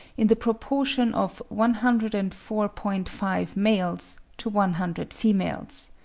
in the proportion of one hundred and four point five males to one hundred females.